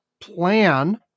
plan